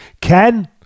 Ken